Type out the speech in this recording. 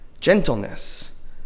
gentleness